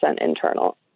internal